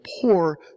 poor